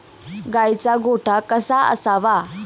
गाईचा गोठा कसा असावा?